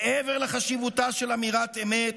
מעבר לחשיבותה של אמירת אמת,